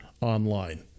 online